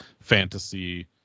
fantasy